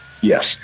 Yes